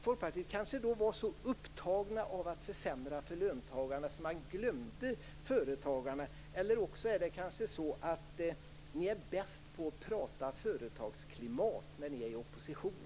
Folkpartiet var kanske så upptaget av att försämra för löntagarna att man glömde företagarna. Eller också är ni bäst på att prata om företagsklimat när ni är i opposition.